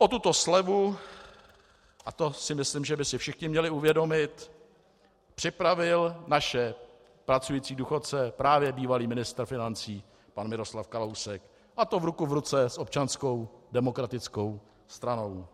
O tuto slevu, a to si myslím, že by si všichni měli uvědomit, připravil naše pracující důchodce právě bývalý ministr financí pan Miroslav Kalousek, a to ruku v ruce s Občanskou demokratickou stranou.